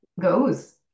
goes